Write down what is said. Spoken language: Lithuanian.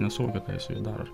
nesuvokia ką jis su juo daro